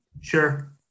Sure